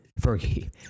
Fergie